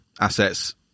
assets